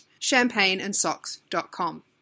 champagneandsocks.com